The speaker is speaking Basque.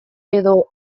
edo